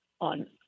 on